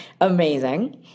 Amazing